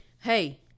Hey